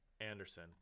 Anderson